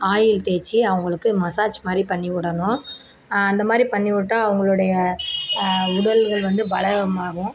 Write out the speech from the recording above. oil தேய்ச்சி அவங்களுக்கு massage மாதிரி பண்ணி விடணும் அந்தமாதிரி பண்ணி விட்டா அவங்களுடைய உடல்கள் வந்து பலமாகும்